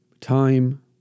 Time